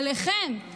עליכם.